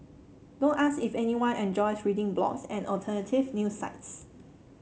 don't ask if anyone enjoys reading blogs and alternative news sites